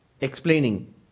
explaining